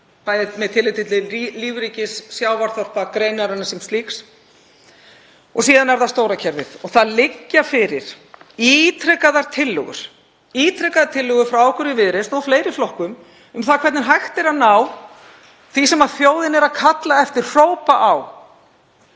bæði með tilliti til lífríkis, sjávarþorpa og greinarinnar sem slíks. Síðan er það stóra kerfið og það liggja fyrir ítrekaðar tillögur frá okkur í Viðreisn og fleiri flokkum um það hvernig hægt er að ná því sem þjóðin er að kalla eftir, hrópa á,